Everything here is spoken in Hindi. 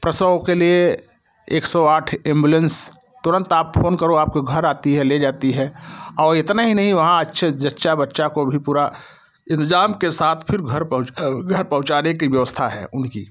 प्रसवों के लिए एक सौ आठ एम्बुलेंस तुरंत आप फ़ोन करो आपको घर आती है ले जाती है और इतने ही नहीं वहाँ अच्छे से जच्चा बच्चे को भी पूरा इल्जाम के साथ फिर घर पहुँच पहुँचाने की व्यवस्था है उनकी